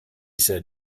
said